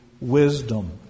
wisdom